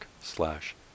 slash